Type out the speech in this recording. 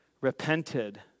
repented